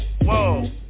whoa